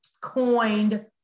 coined